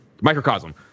microcosm